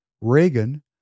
Reagan